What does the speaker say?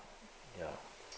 ya